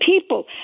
people